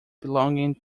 belonging